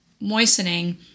moistening